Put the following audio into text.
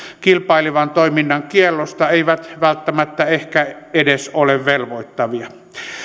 kilpailevan toiminnan kiellosta eivät välttämättä ehkä edes ole velvoittavia